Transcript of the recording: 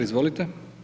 Izvolite.